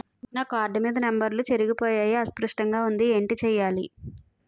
నా కార్డ్ మీద నంబర్లు చెరిగిపోయాయి అస్పష్టంగా వుంది ఏంటి చేయాలి?